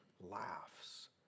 laughs